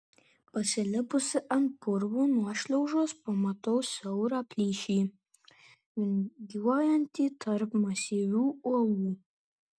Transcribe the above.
pasilipusi ant purvo nuošliaužos pamatau siaurą plyšį vingiuojantį tarp masyvių uolų